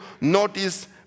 Notice